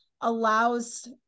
allows